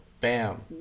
Bam